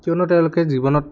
কিয়নো তেওঁলোকে জীৱনত